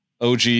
OG